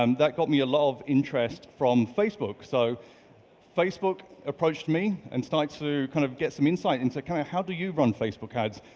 um that got me a lot of interest from facebook. so facebook approached me and started to kind of get some insight into kind of, how do you run facebook ads,